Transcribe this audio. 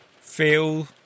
feel